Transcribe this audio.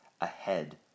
ahead